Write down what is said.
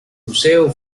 museo